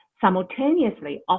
simultaneously